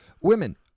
women